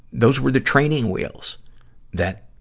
those were the training wheels that,